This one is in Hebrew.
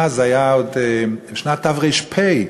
אז הייתה שנת תר"פ,